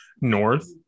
North